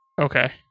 Okay